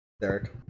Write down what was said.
Derek